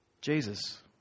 Jesus